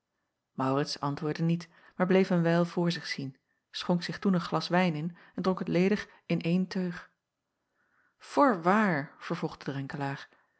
maurits antwoordde niet maar bleef een wijl voor zich zien schonk zich toen een glas wijn in en dronk het ledig in eene teug voorwaar vervolgde